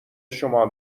شما